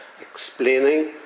explaining